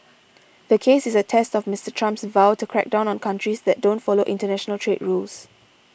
the case is a test of Mister Trump's vow to crack down on countries that don't follow international trade rules